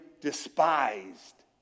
despised